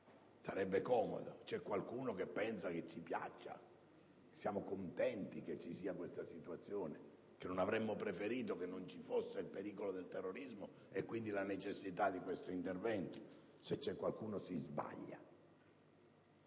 Sarebbe comodo: c'è qualcuno che pensa che ci piaccia, che siamo contenti che ci sia questa situazione, e che non avremmo preferito che non ci fosse il pericolo del terrorismo, e quindi la necessità di questo intervento. Se c'è qualcuno che pensa